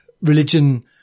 religion